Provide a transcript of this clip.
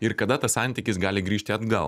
ir kada tas santykis gali grįžti atgal